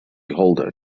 holder